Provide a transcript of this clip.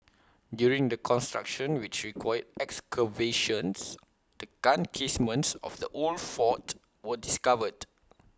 during the construction which required excavations the gun casements of the old fort were discovered